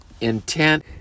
intent